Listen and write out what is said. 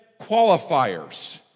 qualifiers